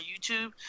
YouTube